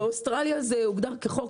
באוסטרליה זה הוגדר כחוק,